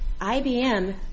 IBM